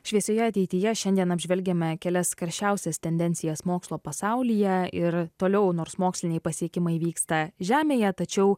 šviesioje ateityje šiandien apžvelgiame kelias karščiausias tendencijas mokslo pasaulyje ir toliau nors moksliniai pasiekimai vyksta žemėje tačiau